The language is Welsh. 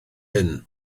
hyn